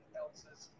else's